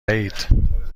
وحید